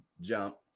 jump